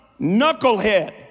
knucklehead